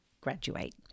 graduate